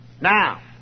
Now